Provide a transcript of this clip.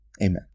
Amen